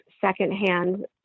secondhand